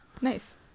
Nice